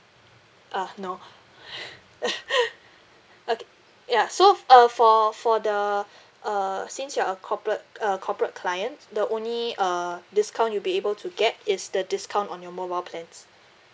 uh no okay ya so f~ uh for for the uh since you're a corporate a corporate client the only uh discount you'll be able to get is the discount on your mobile plans